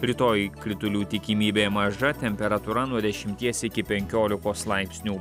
rytoj kritulių tikimybė maža temperatūra nuo dešimties iki penkiolikos laipsnių